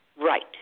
Right